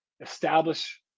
establish